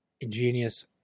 ingenious